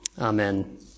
Amen